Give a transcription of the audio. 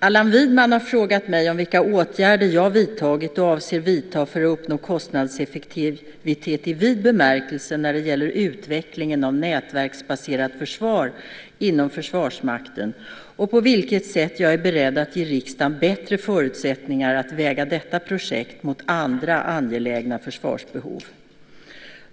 Allan Widman har frågat mig om vilka åtgärder jag vidtagit och avser vidta för att uppnå kostnadseffektivitet i vid bemärkelse när det gäller utvecklingen av nätverksbaserat försvar inom Försvarsmakten, och på vilket sätt jag är beredd att ge riksdagen bättre förutsättningar att väga detta projekt mot andra angelägna försvarsbehov.